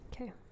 okay